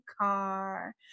car